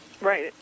Right